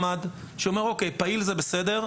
פעיל זה בסדר,